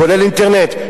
כולל אינטרנט,